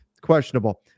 questionable